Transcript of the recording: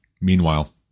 Meanwhile